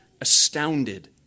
astounded